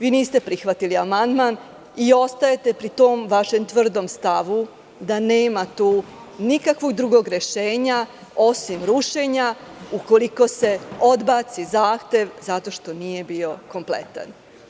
Vi niste prihvatili amandman i ostajete pri tom vašem tvrdom stavu da nema tu nikakvog drugog rešenja osim rušenja, ukoliko se odbaci zahtev zato što nije bio kompletan.